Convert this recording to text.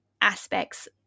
aspects